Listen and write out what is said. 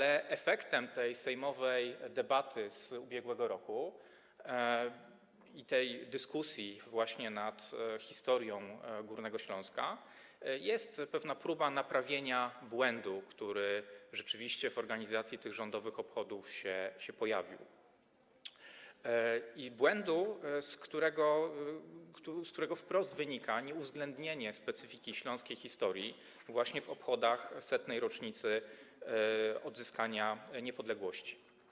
Efektem tej sejmowej debaty z ubiegłego roku i tej dyskusji nad historią Górnego Śląska jest pewna próba naprawienia błędu, który rzeczywiście w organizacji tych rządowych obchodów się pojawił, błędu, z którego wprost wynika nieuwzględnienie specyfiki śląskiej historii właśnie w obchodach 100. rocznicy odzyskania niepodległości.